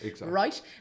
right